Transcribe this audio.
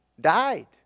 died